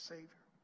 Savior